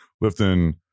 lifting